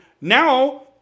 now